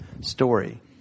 story